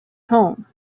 home